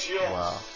Wow